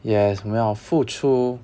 yes 我们要付出